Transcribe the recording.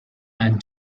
and